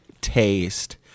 taste